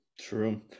True